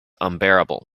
unbearable